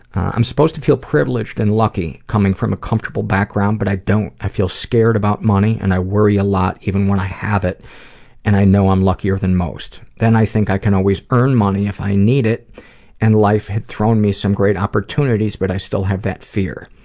i'm supposed to feel privileged and lucky coming from a comfortable background, but i don't. i feel scared about money and i worry a lot even when i have it and i know i'm luckier than most. then i think i can always earn money if i need it and life had thrown me some great opportunities but i still have that fear.